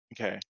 Okay